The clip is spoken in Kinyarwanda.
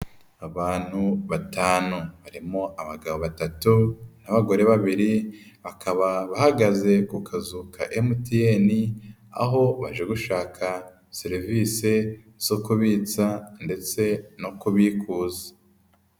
Abantu batanu harimo abagabo batatu n'abagore babiri, bakaba bahagaze ku kazu ka MTN, aho baje gushaka serivisi zo kubitsa ndetse no kubikuza.